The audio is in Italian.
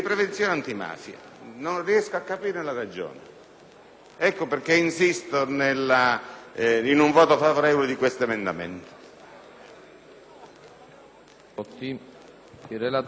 Ecco perché insisto in un voto favorevole di questo emendamento.